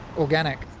organic.